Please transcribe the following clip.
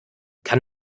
kann